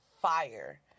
fire